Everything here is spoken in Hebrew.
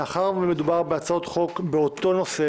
מאחר ומדובר בהצעות חוק באותו נושא,